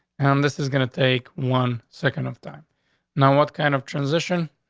and this is gonna take one second of time now. what kind of transition?